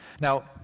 Now